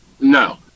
no